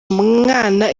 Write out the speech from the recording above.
umwana